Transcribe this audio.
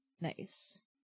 Nice